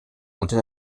unter